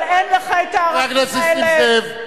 חבר הכנסת נסים זאב.